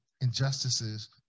injustices